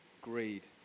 greed